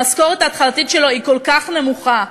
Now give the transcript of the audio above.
המשכורת ההתחלתית שלו היא כל כך נמוכה,